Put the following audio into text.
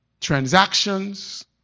transactions